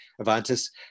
Avantis